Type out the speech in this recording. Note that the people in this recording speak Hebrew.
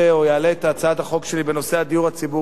או אעלה את הצעת החוק שלי בנושא הדיור הציבורי,